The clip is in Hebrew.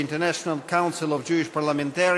The International Council of Jewish Parliamentarians,